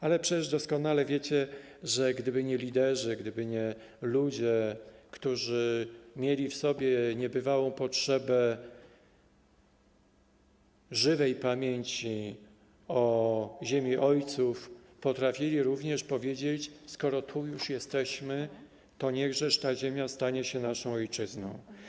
Ale przecież doskonale wiecie, że gdyby nie liderzy, gdyby nie ludzie, którzy mieli w sobie niebywałą potrzebę żywej pamięci o ziemi ojców, którzy potrafili również powiedzieć: skoro tu już jesteśmy, to niechżesz ta ziemia stanie się naszą ojczyzną.